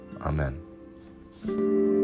amen